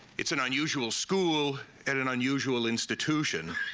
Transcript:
it's an unusual school and an unusual institution.